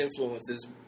influences